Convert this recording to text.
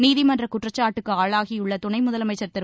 நீதிமன்ற குற்றச்சாட்டுக்கு ஆளாகியுள்ள துணை முதலமைச்சர் திரு